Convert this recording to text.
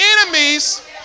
enemies